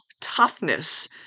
toughness